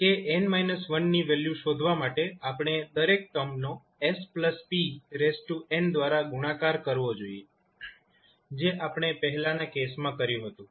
kn−1 ની વેલ્યુ શોધવા માટે આપણે દરેક ટર્મનો s pn દ્વારા ગુણાકાર કરવો જોઈએ જે આપણે પહેલાનાં કેસમાં કર્યું હતું